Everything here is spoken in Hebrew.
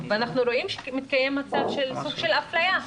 אנחנו רואים שמתקיים מצב של סוג של אפליה,